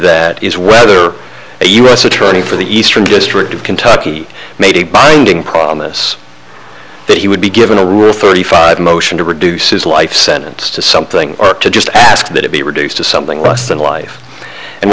that is whether a u s attorney for the eastern district of kentucky made a binding promise that he would be given a rule thirty five motion to reduce his life sentence to something or to just ask that it be reduced to something less than life and